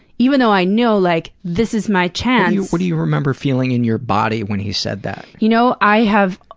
even though i know, like, this is my chance. what do you remember feeling in your body when he said that? you know i have.